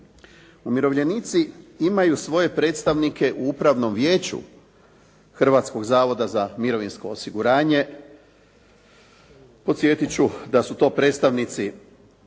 Umirovljenici imaju svoje predstavnike u Upravnom vijeću Hrvatskog zavoda za mirovinsko osiguranje. Podsjetit ću da su to predstavnici